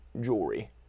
jewelry